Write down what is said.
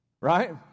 Right